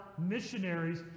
missionaries